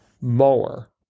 mower